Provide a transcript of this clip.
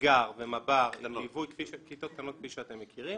אתגר ומב"ר, כיתות קטנות כפי שאתם מכירים.